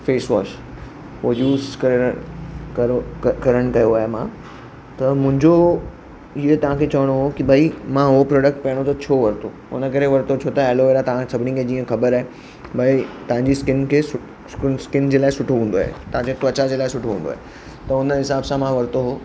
face wash उहो use करण करो करण कयो आहे मां त मुंहिंजो इहे तव्हांखे चवणो हुयो की भई मां उहो प्रोडक्ट पहिरों त छो वरितो हुन करे वरितो छो त एलोवेरा तव्हांखे सभिनी खे जीअं ख़बर आहे भई तव्हांजी स्किन खे सू स्किन जे लाइ हूंदो आहे तव्हांजे तव्चा जे लाइ सुठो हूंदो आहे त उन हिसाब सां मां वरितो हुयो